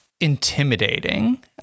intimidating